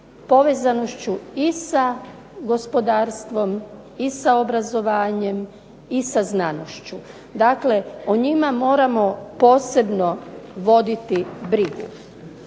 povezanošću i sa gospodarstvom i sa obrazovanjem i sa znanošću. Dakle, o njima moramo posebno voditi brigu.